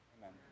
Amen